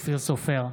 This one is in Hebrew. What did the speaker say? אופיר סופר,